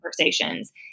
conversations